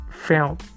film